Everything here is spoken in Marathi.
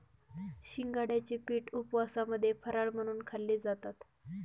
शिंगाड्याचे पीठ उपवासामध्ये फराळ म्हणून खाल्ले जातात